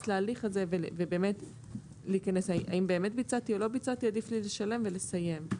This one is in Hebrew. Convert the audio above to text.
להליך הזה ולשאלה האם באמת ביצעתי או לא ביצעתי ועדיף לי לשלם ולסיים.